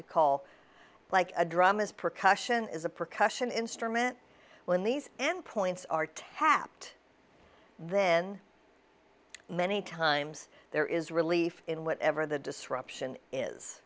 to call like a drama's percussion is a percussion instrument when these and points are tapped then many times there is relief in whatever the disruption is